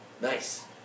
Nice